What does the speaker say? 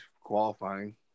qualifying